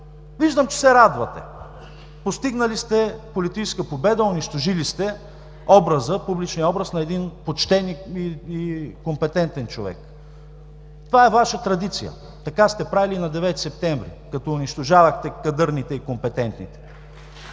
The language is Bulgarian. Виждам, че се радвате – постигнали сте политическа победа, унищожили сте публичния образ на един почтен и компетентен човек. Това е Ваша традиция. Така сте правили и на 9-и септември, като унищожавахте кадърните и компетентните.